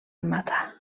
matar